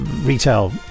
retail